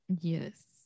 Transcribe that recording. Yes